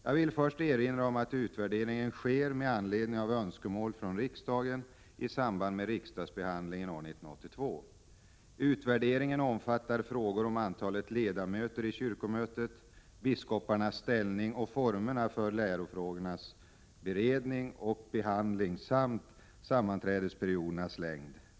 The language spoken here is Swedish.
Jag vill först erinra om att utvärderingen sker med anledning av önskemål från riksdagen i samband med riksdagsbehandlingen år 1982. Utvärderingen omfattar frågor om antalet ledamöter i kyrkomötet, biskoparnas ställning och formerna för lärofrågornas beredning och behandling samt sammanträdesperiodernas längd.